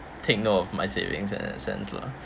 take note of my savings in that sense lah